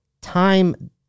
Time